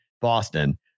Boston